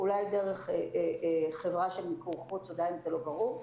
אולי דרך חברה של מיקור חוץ, עדיין זה לא ברור.